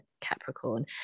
Capricorn